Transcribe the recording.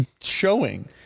showing